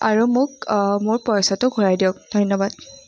আৰু মোক মোৰ পইচাটো ঘূৰাই দিয়ক ধন্যবাদ